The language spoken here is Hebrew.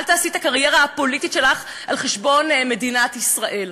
אל תעשי את הקריירה הפוליטית שלך על חשבון מדינת ישראל.